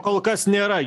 kol kas nėra